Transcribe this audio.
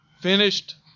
finished